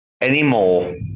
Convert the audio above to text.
anymore